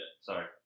sorry